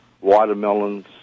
watermelons